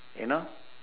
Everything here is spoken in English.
you know